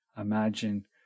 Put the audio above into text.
Imagine